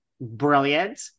brilliant